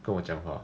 跟我讲话